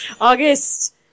August